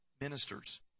ministers